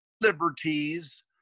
liberties –